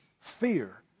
fear